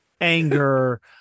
anger